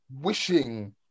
wishing